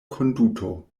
konduto